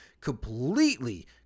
completely